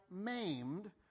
maimed